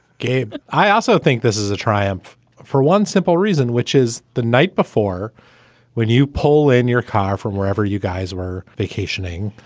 gabe i also think this is a triumph for one simple reason, which is the night before when you pull in your car from wherever you guys were vacationing.